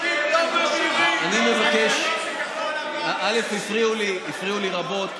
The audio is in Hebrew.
אני מבקש, הפריעו לי, הפריעו לי רבות.